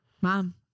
Mom